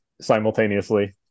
simultaneously